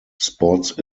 sports